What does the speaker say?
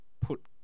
put